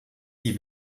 die